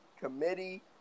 committee